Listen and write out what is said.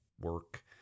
work